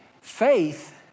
Faith